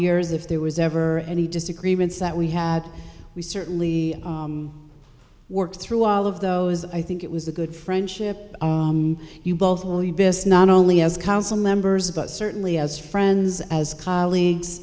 years if there was ever any disagreements that we had we certainly worked through all of those i think it was a good friendship you both will you miss not only as council members about certainly as friends as colleagues